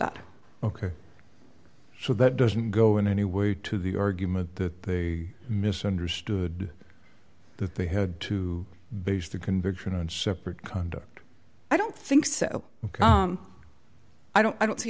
that ok so that doesn't go in any way to the argument that they misunderstood that they had to base the conviction on separate conduct i don't think so i don't i don't see